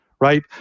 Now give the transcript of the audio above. right